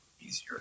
easier